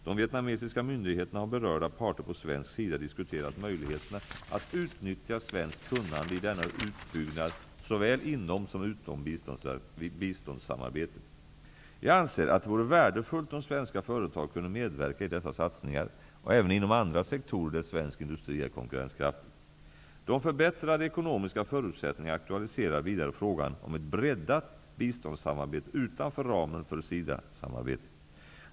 De vietnamesiska myndigheterna har med berörda parter på svensk sida diskuterat möjligheterna att utnyttja svenskt kunnande i denna utbyggnad såväl inom som utom biståndssamarbetet. Jag anser att det vore värdefullt om svenska företag kunde medverka i dessa satsningar och även inom andra sektorer där svensk industri är konkurrenskraftig. De förbättrade ekonomiska förutsättningarna aktualiserar vidare frågan om ett breddat biståndssamarbete utanför ramen för SIDA samarbetet.